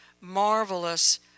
marvelous